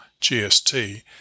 GST